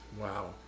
Wow